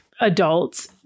adults